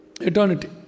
Eternity